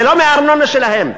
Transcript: זה לא מהארנונה שלהם.